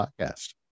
Podcast